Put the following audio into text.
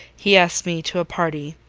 he asked me to a party,